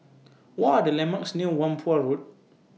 What Are The landmarks near Whampoa Road